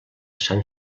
sant